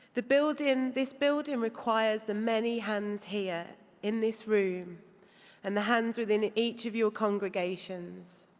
the building, this building requires the many hands here in this room and the hands within each of your congregations.